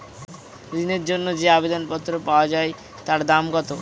ঋণের জন্য যে আবেদন পত্র পাওয়া য়ায় তার দাম কত?